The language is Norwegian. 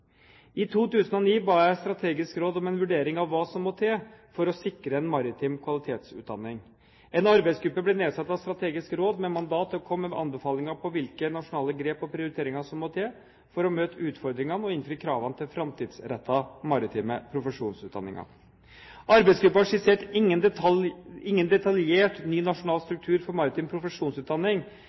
I 2009 ba jeg Strategisk råd om en vurdering av hva som må til for å sikre en maritim kvalitetsutdanning. En arbeidsgruppe ble nedsatt av Strategisk råd med mandat til å komme med anbefalinger om hvilke nasjonale grep og prioriteringer som må til for å møte utfordringene og innfri kravene til framtidsrettede maritime profesjonsutdanninger. Arbeidsgruppen skisserte ingen detaljert ny nasjonal struktur for maritim profesjonsutdanning,